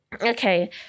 okay